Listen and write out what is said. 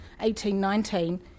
1819